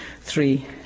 three